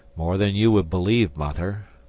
more than you would believe, mother.